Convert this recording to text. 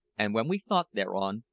and when we thought thereon,